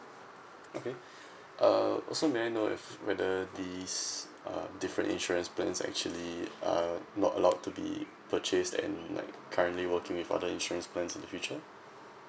okay uh also may I know if whether these um different insurance plans actually uh not allowed to be purchased and like currently working with other insurance plans in the future